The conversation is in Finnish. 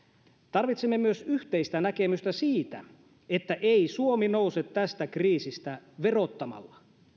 tarvitsemme myös yhteistä näkemystä siitä että ei suomi nouse tästä kriisistä verottamalla